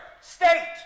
state